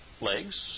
legs